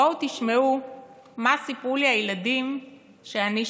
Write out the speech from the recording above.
בואו תשמעו מה סיפרו לי הילדים שאני שאלתי,